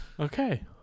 Okay